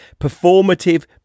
performative